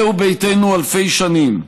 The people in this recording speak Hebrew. זהו ביתנו אלפי שנים.